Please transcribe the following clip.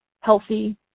healthy